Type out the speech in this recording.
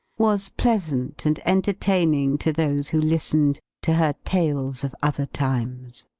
was pleasant and entertaining to those who listened to her tales of other times.